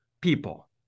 people